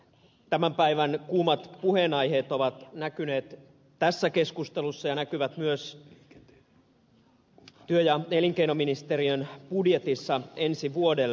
tämän päivän kuumat puheenaiheet ovat näkyneet tässä keskustelussa ja näkyvät myös työ ja elinkeinoministeriön budjetissa ensi vuodelle